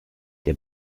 der